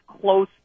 close